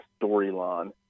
storyline